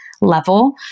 level